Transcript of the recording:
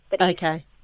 Okay